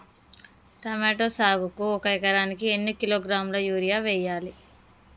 Tomato సాగుకు ఒక ఎకరానికి ఎన్ని కిలోగ్రాముల యూరియా వెయ్యాలి?